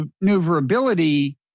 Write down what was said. maneuverability